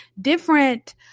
different